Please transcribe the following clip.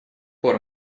пор